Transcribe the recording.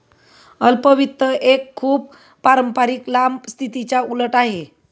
अल्प वित्त एक खूप पारंपारिक लांब स्थितीच्या उलट आहे